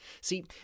See